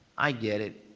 i get it.